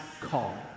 call